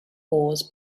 ores